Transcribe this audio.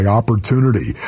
opportunity